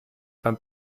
beim